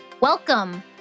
Welcome